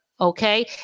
Okay